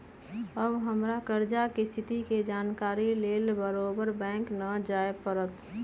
अब हमरा कर्जा के स्थिति के जानकारी लेल बारोबारे बैंक न जाय के परत्